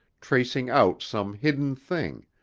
tracing out some hidden thing,